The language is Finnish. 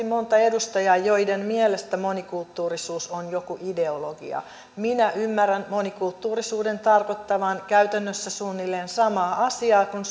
monta edustajaa joiden mielestä monikulttuurisuus on joku ideologia minä ymmärrän monikulttuurisuuden tarkoittavan käytännössä suunnilleen samaa asiaa kuin